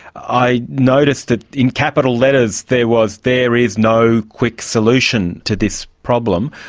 i notice that in capital letters there was there is no quick solution to this problem.